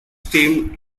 steam